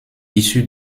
issues